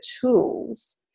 tools